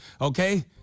Okay